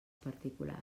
particulars